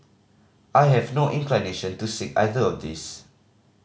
I have no inclination to seek either of these